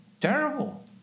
terrible